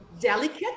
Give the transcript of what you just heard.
delicate